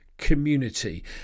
community